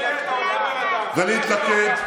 ולהתלכד.